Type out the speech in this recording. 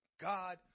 God